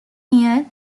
near